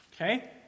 Okay